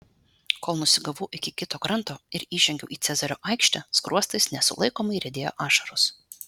kol nusigavau iki kito kranto ir įžengiau į cezario aikštę skruostais nesulaikomai riedėjo ašaros